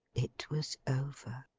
it was over.